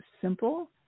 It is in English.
simple